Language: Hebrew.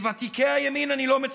מוותיקי הימין אני לא מצפה,